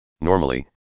Normally